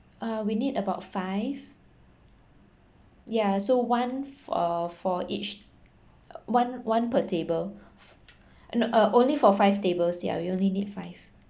uh we need about five ya so one uh for each one one per table f~ uh no uh only for five tables ya we only need five